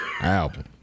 album